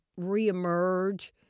reemerge